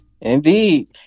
Indeed